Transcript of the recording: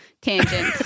tangent